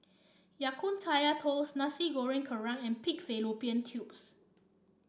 Ya Kun Kaya Toast Nasi Goreng Kerang and Pig Fallopian Tubes